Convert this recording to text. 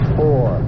four